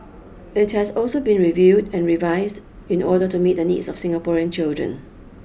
it has also been reviewed and revised in order to meet the needs of Singaporean children